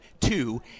two